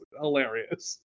hilarious